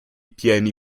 pieni